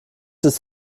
ist